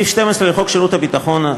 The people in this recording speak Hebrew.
סעיף 12 לחוק שירות ביטחון,